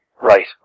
Right